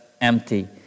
empty